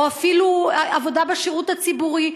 או אפילו עבודה בשירות הציבורי.